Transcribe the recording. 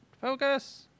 focus